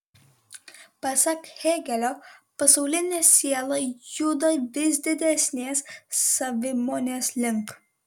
pasak hėgelio pasaulinė siela juda vis didesnės savimonės link